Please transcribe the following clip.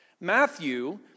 Matthew